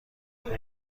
لاک